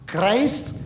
Christ